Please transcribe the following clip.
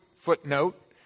footnote